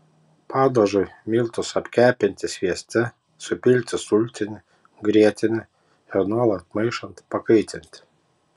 padažui miltus apkepinti svieste supilti sultinį grietinę ir nuolat maišant pakaitinti